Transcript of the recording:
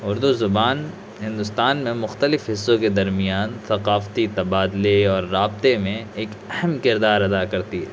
اردو زبان ہندوستان میں مختلف حصوں کے درمیان ثقافتی تبادلے اور رابطے میں ایک اہم کردار ادا کرتی ہے